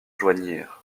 joignirent